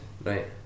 Right